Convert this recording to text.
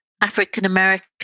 African-American